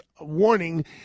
warning